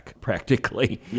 practically